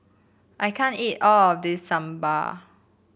I can't eat all of this Sambar